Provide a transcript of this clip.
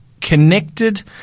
connected